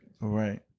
Right